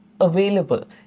available